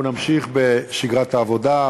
אנחנו נמשיך בשגרת העבודה,